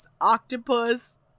octopus